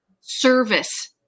service